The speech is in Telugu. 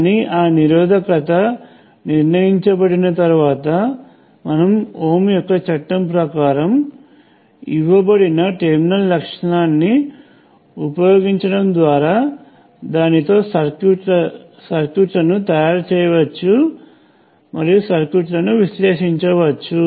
కానీ ఆ నిరోధకత నిర్ణయించబడిన తర్వాత మనము ఓమ్ యొక్క చట్టం ప్రకారం ఇవ్వబడిన టెర్మినల్ లక్షణాన్ని ఉపయోగించడం ద్వారా దానితో సర్క్యూట్లను తయారు చేయవచ్చు మరియు సర్క్యూట్లను విశ్లేషించవచ్చు